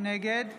נגד